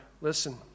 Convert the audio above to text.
listen